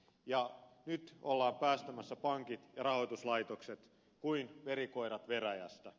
nyt ollaan päästämässä pankit ja rahoituslaitokset kuin verikoirat veräjästä